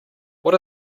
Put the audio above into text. what